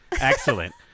excellent